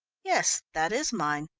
yes, that is mine,